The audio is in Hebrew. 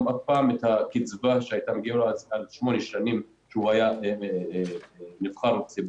אף עם את הקצבה שהייתה מגיעה לו על שמונה שנים שהוא היה נבחר ציבור.